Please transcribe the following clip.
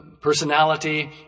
personality